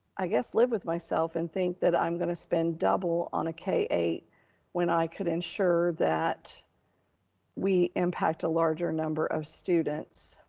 i guess, live with myself and think that i'm gonna spend double on a k eight when i could ensure that we impact a larger number of students.